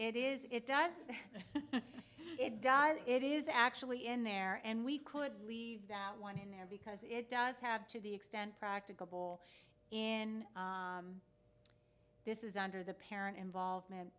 it is it does it does it is actually in there and we could leave that one in there because it does have to the extent practicable in this is under the parent involvement